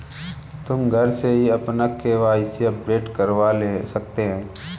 तुम घर से ही अपना के.वाई.सी अपडेट करवा सकते हो